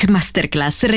Masterclass